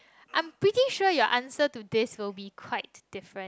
I'm pretty sure your answer to this will be quite different